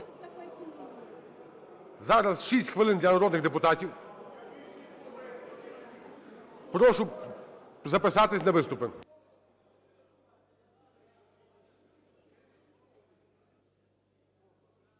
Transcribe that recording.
Зараз 6 хвилин для народних депутатів. Прошу записатись на виступи.